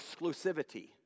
exclusivity